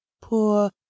poor